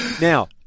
now